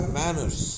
manners